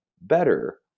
better